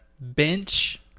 Bench